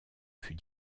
fut